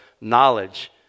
knowledge